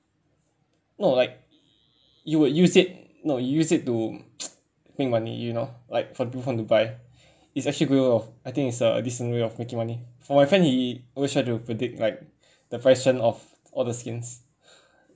no like you would use it no you use it to make money you know like for the people who want to buy it's actually going off I think it's a decent way of making money for my friend he predict like the of all the skins